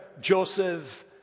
Joseph